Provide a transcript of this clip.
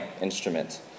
instrument